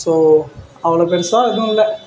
so அவ்வளோ பெருசாக எதுவும் இல்லை